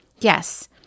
Yes